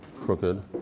crooked